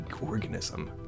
organism